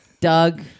Doug